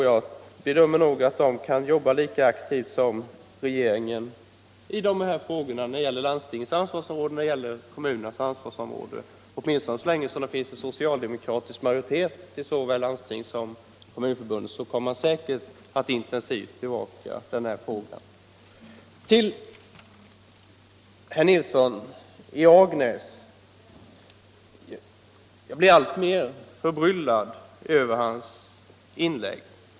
Jag bedömer att de kan jobba lika aktivt med dessa frågor som regeringen när det gäller kommunernas ansvarsområde och när det gilller landstingens ansvarsområde. Åtminstone så länge det finns en socialdemokratisk majoritet i såväl Kommunförbundet som Landstingsförbundet kommer de säkert att intensivt bevaka denna fråga. Jag blir alltmer förbryllad över inläggen från herr Nilsson i Agnäs.